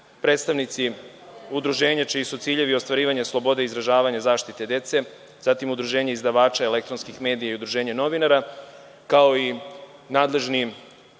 predstavnici udruženja čiji su ciljevi ostvarivanje slobode izražavanja i zaštita dece, zatim Udruženje izdavača elektronskih medija i Udruženja novinara, kao i nadležni